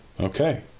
Okay